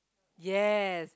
yes